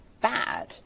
bad